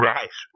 Right